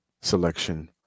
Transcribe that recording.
selection